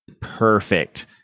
perfect